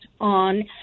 on